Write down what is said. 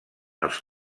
els